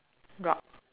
got